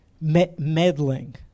Meddling